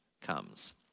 comes